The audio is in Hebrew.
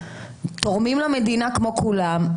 תורמים למדינה כמו כולם,